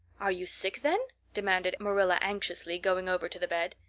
are you sick then? demanded marilla anxiously, going over to the bed.